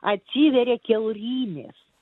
atsiveria kiaurymės